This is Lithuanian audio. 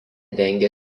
dengia